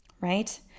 Right